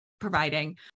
providing